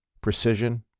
precision